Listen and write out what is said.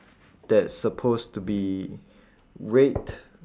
that's supposed to be red